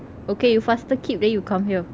okay you faster keep then you come here